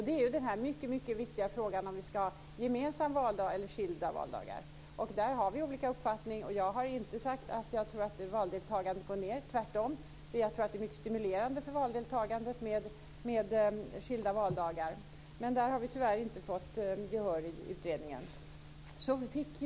Det ligger i den mycket viktiga frågan om vi ska ha gemensam valdag eller skilda valdagar. Där har vi olika uppfattning. Jag har inte sagt att jag tror att valdeltagandet går ned. Tvärtom tror jag att det är mycket stimulerande för valdeltagandet med skilda valdagar. Men där har vi tyvärr inte fått gehör i utredningen.